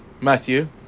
Matthew